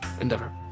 Endeavor